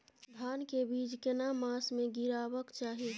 धान के बीज केना मास में गीरावक चाही?